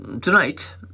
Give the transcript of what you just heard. Tonight